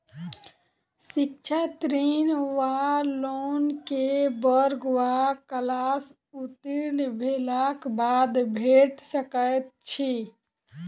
शिक्षा ऋण वा लोन केँ वर्ग वा क्लास उत्तीर्ण भेलाक बाद भेट सकैत छी?